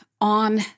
on